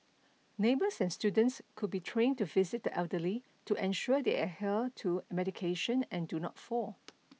neighbors and students could be trained to visit the elderly to ensure they adhere to medication and do not fall